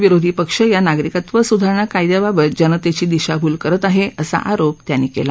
विरोधी पक्ष या नागरिकत्व सुधारणा कायद्याबाबत जनतेची दिशाभूल करत आहे असा आरोप त्यांनी केला